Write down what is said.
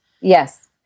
Yes